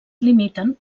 limiten